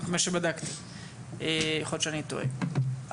יכול להיות שאני טועה,